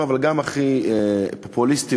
אבל גם הכי פופוליסטי,